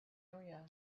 area